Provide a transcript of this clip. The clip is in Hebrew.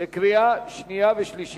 יציג את הצעת החוק לקריאה שנייה ולקריאה שלישית.